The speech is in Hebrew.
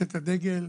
בבקשה.